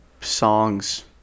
songs